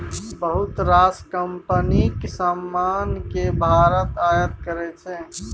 बहुत रास कंपनीक समान केँ भारत आयात करै छै